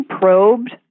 probed